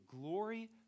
glory